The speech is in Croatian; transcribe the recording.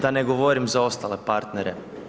Da ne govorim za ostale partnere.